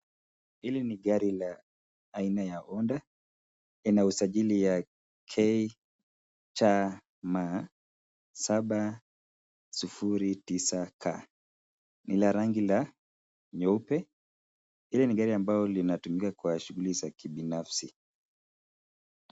Hili ni gari la aina ya Honda. Lina usajili ya KCM 709k. Ni la rangi la nyeupe. Hili ni gari ambalo linatumika kwa shughuli za kibinafsi.